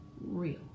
real